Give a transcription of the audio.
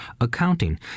accounting